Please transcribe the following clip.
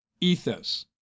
ethos